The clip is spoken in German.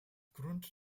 grund